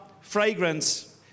fragrance